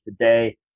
today